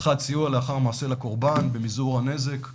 האחד, סיוע לאחר מעשה לקורבן ומזעור הנזק,